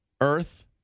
Earth